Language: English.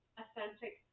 authentic